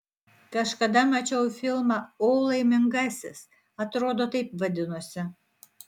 kažkada mačiau filmą o laimingasis atrodo taip vadinosi